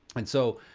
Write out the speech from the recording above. and so,